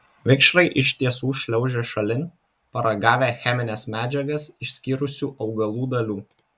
vikšrai iš tiesų šliaužia šalin paragavę chemines medžiagas išskyrusių augalų dalių